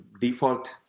default